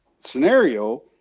scenario